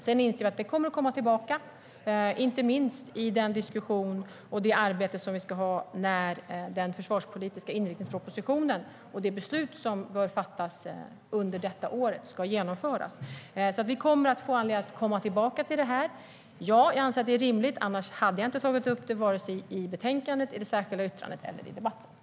Vi inser att den kommer att komma tillbaka, inte minst i den diskussion och det arbete som vi ska ha när den försvarspolitiska inriktningspropositionen kommer och det beslut som bör fattas under detta år ska genomföras.